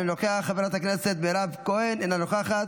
אינו נוכח, חברת הכנסת מירב כהן, אינה נוכחת,